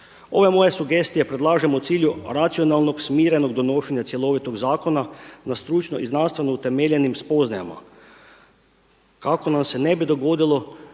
Ove moje sugestije predlažem u cilju racionalnog, smirenog donošenja cjelovitog zakona na stručno i znanstveno utemeljenim spoznajama kako nam se ne bi dogodilo